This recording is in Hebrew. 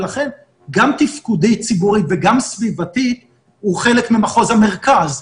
ולכן גם תפקודית ציבורית וגם סביבתית הוא חלק ממחוז המרכז.